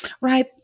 Right